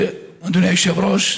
אדוני היושב-ראש,